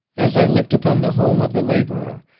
as i looked upon the home of the labourer,